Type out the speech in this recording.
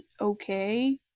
okay